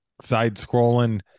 side-scrolling